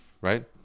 right